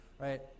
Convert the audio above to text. Right